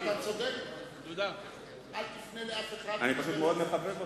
אני פשוט מאוד מחבב אותו.